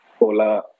Ola